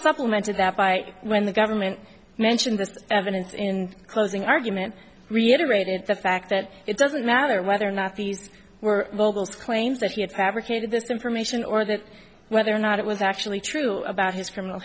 supplemented that fight when the government mentioned the evidence in closing argument reiterated the fact that it doesn't matter whether or not these were mobile claims that he had advocated this information or that whether or not it was actually true about his criminal